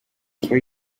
for